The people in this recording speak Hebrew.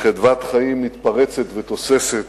וחדוות חיים מתפרצת ותוססת,